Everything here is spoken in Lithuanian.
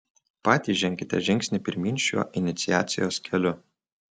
patys ženkite žingsnį pirmyn šiuo iniciacijos keliu